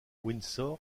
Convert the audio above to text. windsor